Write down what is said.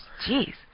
Jeez